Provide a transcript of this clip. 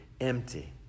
empty